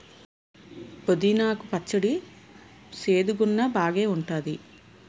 పుదీనా కు పచ్చడి సేదుగున్నా బాగేఉంటాది